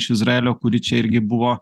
iš izraelio kuri čia irgi buvo